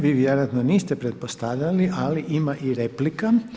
Vi vjerojatno niste pretpostavljali ali ima i replika.